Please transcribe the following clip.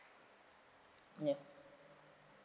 ya